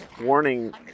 warning